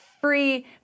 free